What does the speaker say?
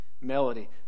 melody